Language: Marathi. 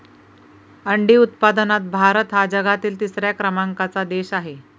अंडी उत्पादनात भारत हा जगातील तिसऱ्या क्रमांकाचा देश आहे